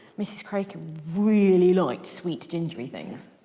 mrs crocombe really liked sweet gingery things.